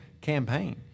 campaign